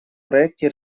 проекте